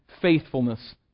faithfulness